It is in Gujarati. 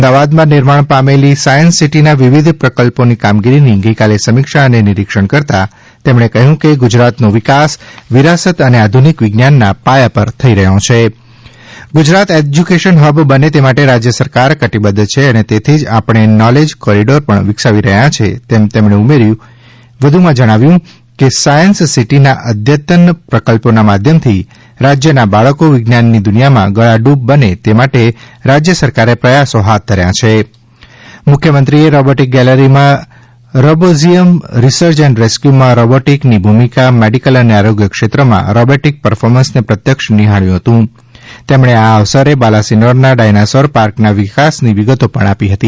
અમદાવાદમાં નિર્માણ પામેલી સાયન્સ સિટીના વિવિધ પ્રકલ્પોની કામગીરીની ગઈકાલે સમીક્ષા અને નિરીક્ષણ કરતા તેમને કહ્યું કે ગુજરાતનો વિકાસ વિરાસત અને આધુનિક વિજ્ઞાનના પાયા પર થઈ રહ્યો છે ગુજરાત એજ્યુકેશન હબ બને તે માટે રાજ્ય સરકાર કટિબદ્વ છે અને તેથી જ આપણે નોલેજ કોરિડોર પણ વિકસાવી રહ્યા છીએ તેમ તેમણે ઉમેરી વધુમાં જણાવ્યું કે સાયન્સ સિટીના અદ્યતન પ્રકલ્પોના માધ્યમથી રાજ્યના બાળકો વિજ્ઞાનની દુનિયામાં ગળાડૂબ બને તે માટે રાજ્ય સરકારે પ્રયાસો હાથ ધર્યા છે મુખ્યમંત્રીશ્રીએ રોબોટિક ગેલેરીમાં રોબોઝીયમ રિસર્ચ એન્ડ રેસ્કયૂમાં રોબોટિકની ભૂમિકા મેડિકલ અને આરોગ્યક્ષેત્રમાં રોબોટિક પર્ફોર્મન્સને પ્રત્યક્ષ નિહાળ્યું હતું તેમણે આ અવસરે બાલાસિનોરના ડાયનાસોર પાર્કના વિકાસની વિગતો પણ આપી હતી